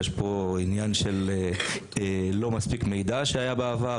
יש פה עניין של לא מספיק מידע שהיה בעבר,